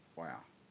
wow